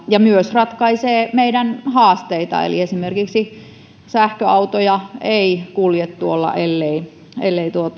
ja myös ratkaisee meidän haasteita eli esimerkiksi sähköautoja ei kulje tuolla ellei ellei